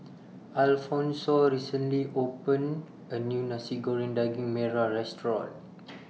Alphonso recently opened A New Nasi Goreng Daging Merah Restaurant